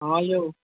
हँ यौ